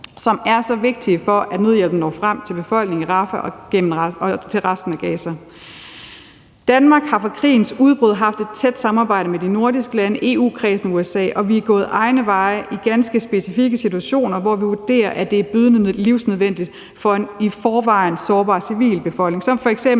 som er så vigtige for, at nødhjælpen når frem til befolkningen i Rafah og resten af Gaza. Danmark har fra krigens udbrud haft et tæt samarbejde med de nordiske lande, EU-kredsen og USA, og vi er gået egne veje i ganske specifikke situationer, hvor vi vurderer, at det er livsnødvendigt for en i forvejen sårbar civilbefolkning, som f.eks.